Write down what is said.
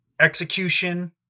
execution